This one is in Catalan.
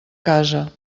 casa